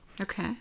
Okay